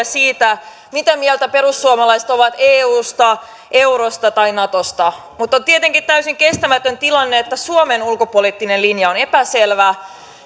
siitä mitä mieltä perussuomalaiset ovat eusta eurosta tai natosta mutta on tietenkin täysin kestämätön tilanne että suomen ulkopoliittinen linja on epäselvä